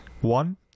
one